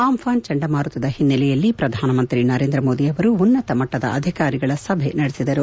ಆಂಘಾನ್ ಚಂಡಮಾರುತದ ಹಿನ್ನೆಲೆಯಲ್ಲಿ ಶ್ರಧಾನಮಂತ್ರಿ ನರೇಂದ್ರಮೋದಿ ಅವರು ಉನ್ನತ ಮಟ್ನದ ಅಧಿಕಾರಿಗಳ ಸಭೆ ನಡೆಸಿದರು